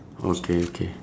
okay okay